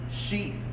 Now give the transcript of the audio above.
sheep